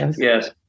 Yes